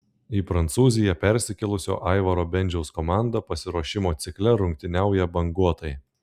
į prancūziją persikėlusio aivaro bendžiaus komanda pasiruošimo cikle rungtyniauja banguotai